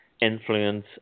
influence